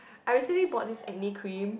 I recently bought this acne cream